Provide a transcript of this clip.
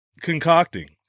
concocting